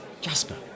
Jasper